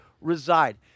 reside